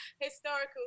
historical